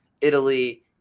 Italy